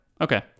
Okay